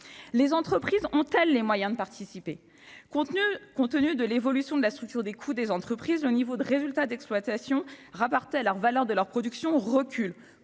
Les entreprises ont-elles les moyens de participer ? Compte tenu de l'évolution de la structure des coûts des entreprises, le niveau de résultat d'exploitation rapporté à la valeur de leur production recule,